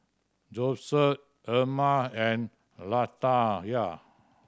Joeseph Erma and Latanya